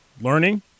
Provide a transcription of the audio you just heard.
Learning